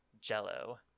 Jello